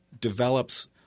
develops